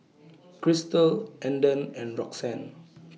Christel Andon and Roxann